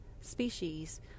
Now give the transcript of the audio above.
species